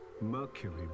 Mercury